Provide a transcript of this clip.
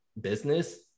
business